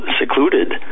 secluded